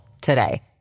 today